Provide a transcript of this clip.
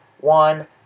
one